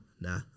nah